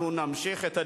אנחנו נמשיך בדיון.